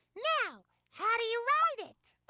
now, how do you ride it?